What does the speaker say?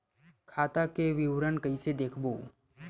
खाता के विवरण कइसे देखबो?